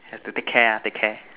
have to take care ah take care